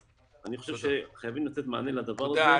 אז אני חושב שחייבים לתת מענה לדבר הזה.